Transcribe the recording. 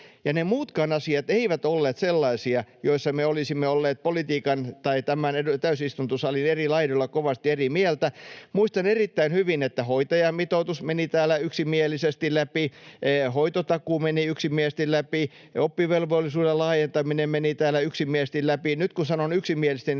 ne muutkaan asiat eivät olleet sellaisia, joista me olisimme olleet politiikan tai tämän täysistuntosalin eri laidoilla kovasti eri mieltä. Muistan erittäin hyvin, että hoitajamitoitus meni täällä yksimielisesti läpi, hoitotakuu meni yksimielisesti läpi ja oppivelvollisuuden laajentaminen meni täällä yksimielisesti läpi. Nyt kun sanon ”yksimielisesti”,